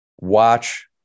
watch